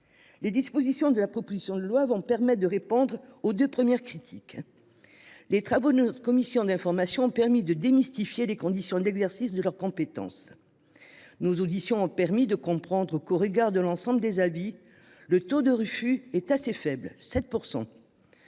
Les dispositions de la proposition de loi permettront de répondre aux deux premières critiques. Les travaux de la mission d’information sur les ABF auront permis de démystifier les conditions d’exercice de leurs compétences. Nos auditions ont en effet permis de comprendre que, au regard de l’ensemble des avis, le taux de refus est assez faible,